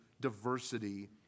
diversity